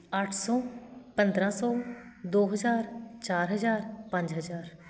ਅੱਠ ਸੌ ਪੰਦਰ੍ਹਾਂ ਸੌ ਦੋ ਹਜ਼ਾਰ ਚਾਰ ਹਜ਼ਾਰ ਪੰਜ ਹਜ਼ਾਰ